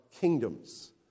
kingdoms